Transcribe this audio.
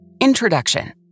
Introduction